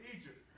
Egypt